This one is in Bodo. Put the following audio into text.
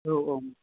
औ औ